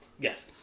Yes